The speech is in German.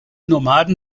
nomaden